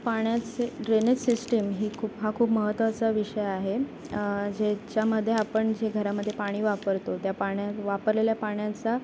पाण्याचे drainage system ही खूप हा खूप महत्त्वाचा विषय आहे ज्याच्यामध्ये आपण जे घरामध्ये पाणी वापरतो त्या पाण्या वापरलेल्या पाण्याचा